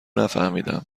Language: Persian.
نفهمیدم